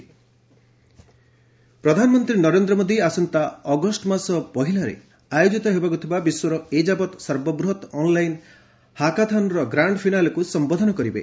PM hackathon ପ୍ରଧାନମନ୍ତ୍ରୀ ନରେନ୍ଦ୍ର ମୋଦି ଆସନ୍ତା August ମାସ ପହିଲାରେ ଆୟୋଜିତ ହେବାକୁ ଥିବା ବିଶ୍ୱର ଏଯାବତ୍ ସର୍ବବୃହତ୍ ଅନ୍ଲାଇନ୍ ହାକାଥନ୍ର ଗ୍ରାଣ୍ଡ୍ ଫିନାଲେକୁ ସମ୍ଘୋଧନ କରିବେ